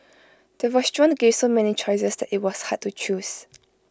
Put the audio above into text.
the restaurant gave so many choices that IT was hard to choose